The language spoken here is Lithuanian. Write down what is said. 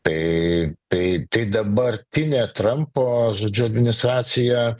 tai tai tai dabartinė trampo žodžiu administracija